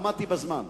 עמדתי בזמן.